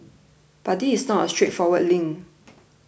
but this is not a straightforward link